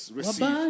receive